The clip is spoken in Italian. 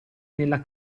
nella